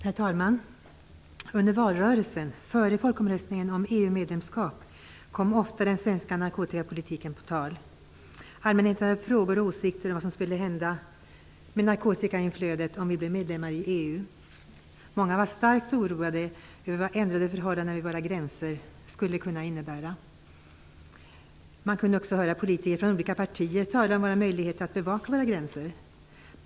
Herr talman! Under valrörelsen, före folkomröstningen om EU-medlemskap, kom ofta den svenska narkotikapolitiken på tal. Allmänheten hade frågor och åsikter om vad som skulle hända med narkotikainflödet om vi blev medlemmar i EU. Många var starkt oroade över vad ändrade förhållanden vid våra gränser skulle kunna innebära. Man kunde också höra politiker från olika partier tala om våra möjligheter att bevaka våra gränser.